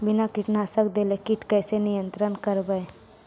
बिना कीटनाशक देले किट कैसे नियंत्रन करबै?